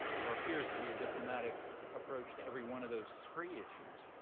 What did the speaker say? there appears to be a diplomatic approach to every one of those three issues.